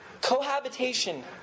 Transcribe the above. Cohabitation